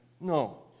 No